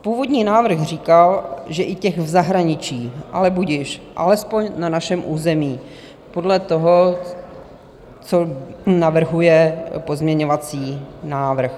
Původní návrh říkal, že i těch v zahraničí, ale budiž, alespoň na našem území podle toho, co navrhuje pozměňovací návrh.